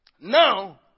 Now